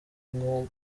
nko